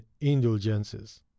indulgences